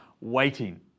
waiting